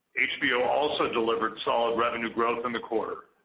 hbo also delivered solid revenue growth in the quarter.